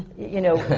you know